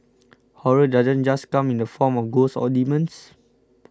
horror doesn't just come in the form of ghosts or demons